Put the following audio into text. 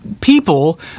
people